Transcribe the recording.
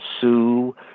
Sue